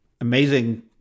amazing